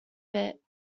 bit